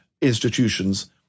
Institutions